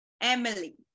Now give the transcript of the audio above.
Emily